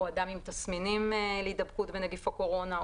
או אדם עם תסמינים להידבקות בנגיף הקורונה,